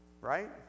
Right